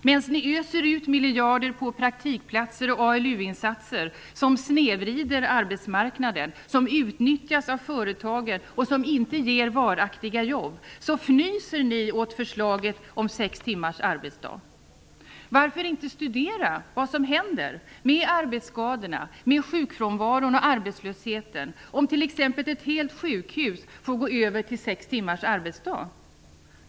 Medan ni öser ut miljarder på praktikplatser och ALU -- insatser som snedvrider arbetsmarknaden, utnyttjas av företagen och inte ger varaktiga jobb -- så fnyser ni åt förslaget om sex timmars arbetsdag. Varför tar ni inte och studerar vad som händer med arbetsskadorna, sjukfrånvaron och arbetslösheten om t.ex. ett helt sjukhus får gå över till sex timmars arbetsdag?